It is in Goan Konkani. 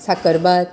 साखरभात